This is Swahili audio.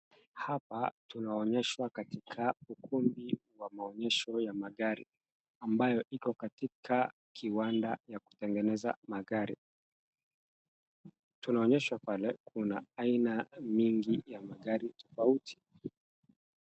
Hapa tunaonyeshwa katika ukumbi wa maonyesho ya magari ambayo iko katika kiwanda ya kutengeneza magari. Tunaonyeshwa pale tukona aina mingi ya magari tofauti.